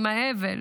עם האבל,